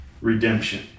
redemption